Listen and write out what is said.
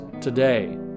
today